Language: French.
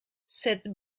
cette